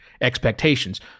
expectations